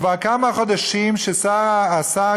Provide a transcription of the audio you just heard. כבר כמה חודשים שהשר,